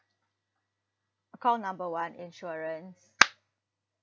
call number one insurance